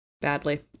badly